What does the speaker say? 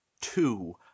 two